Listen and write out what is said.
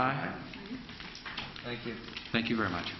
to thank you very much